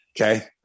Okay